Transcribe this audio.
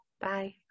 Bye